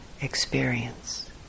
experience